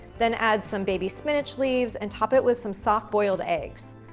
then, add some baby spinach leaves and top it with some soft-boiled eggs.